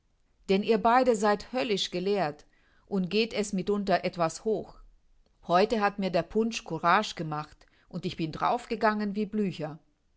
denn ihr beide seid höllisch gelehrt und gebt es mitunter etwas hoch heute hat mir der punsch courage gemacht und ich bin darauf gegangen wie blücher